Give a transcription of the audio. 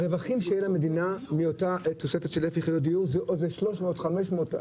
הרווחים שיהיו למדינה מאותה תוספת של 1,000 יחידות דיור זה 300 מיליון.